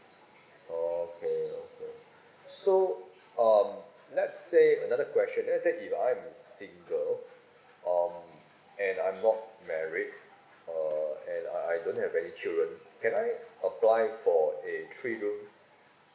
oh okay okay so um let's say another question let's say if I'm a single um and I'm not married uh and I I don't have any children can I apply for a three room